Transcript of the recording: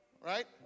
right